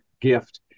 gift